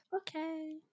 Okay